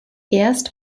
erst